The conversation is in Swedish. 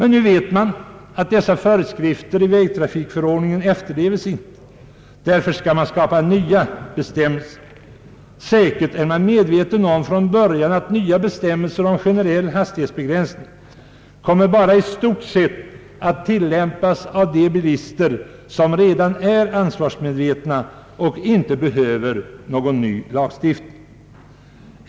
Nu vet man att dessa föreskrifter i vägtrafikförordningen inte efterlevs. Därför vill man skapa nya bestämmelser. Säkert har man dock från början klart för sig att nya bestämmelser om generell hastighetsbegränsning i stort sett bara kommer att tillämpas av de bilister som redan är ansvarsmedvetna och inte behöver någon ny lagstiftning.